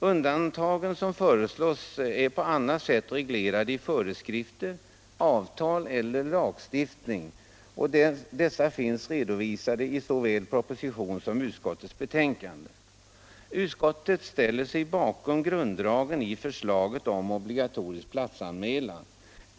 Undantagen som föreslås är på annat sätt reglerade i föreskrifter, avtal eHer lagstiftning. Dessa finns redovisade i såväl propositionen som utskottets betänkande. Utskottet ställer sig bakom grunddragen i förslaget om obligatorisk platsanmälan.